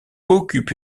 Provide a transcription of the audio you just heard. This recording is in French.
occupe